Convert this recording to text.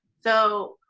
so,